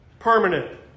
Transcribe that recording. Permanent